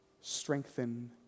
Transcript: strengthen